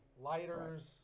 lighters